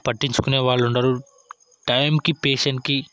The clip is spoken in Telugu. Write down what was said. పట్టించుకునే వాళ్ళు ఉండరు టైంకి పేషెంట్కి